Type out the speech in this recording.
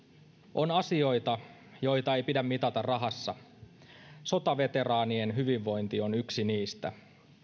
on asioita joita ei pidä mitata rahassa sotaveteraanien hyvinvointi on yksi niistä